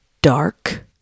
Dark